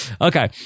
Okay